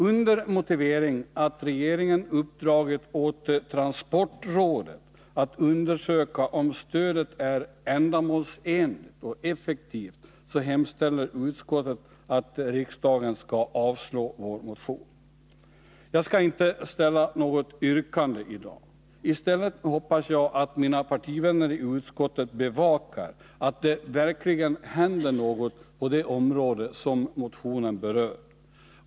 Under motivering att riksdagen uppdragit åt transportrådet att undersöka om stödet är ändamålsenligt och effektivt hemställer utskottet att riksdagen skall avslå vår motion. Jag skall inte ställa något yrkande i dag. I stället hoppas jag att mina partivänner i utskottet bevakar att det verkligen händer något på det område som motionen berör.